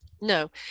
No